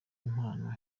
impano